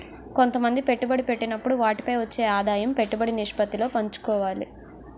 కొంతమంది పెట్టుబడి పెట్టినప్పుడు వాటిపై వచ్చే ఆదాయం పెట్టుబడి నిష్పత్తిలో పంచుకోవాలి